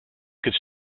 could